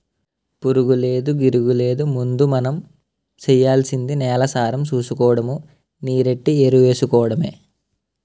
పురుగూలేదు, గిరుగూలేదు ముందు మనం సెయ్యాల్సింది నేలసారం సూసుకోడము, నీరెట్టి ఎరువేసుకోడమే